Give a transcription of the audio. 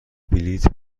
بلیط